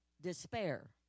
despair